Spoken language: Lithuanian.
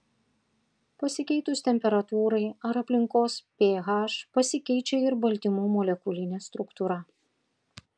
pasikeitus temperatūrai ar aplinkos ph pasikeičia ir baltymų molekulinė struktūra